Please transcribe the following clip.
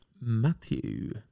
Matthew